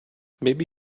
maybe